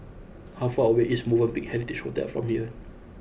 how far away is Movenpick Heritage Hotel from here